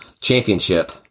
championship